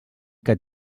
que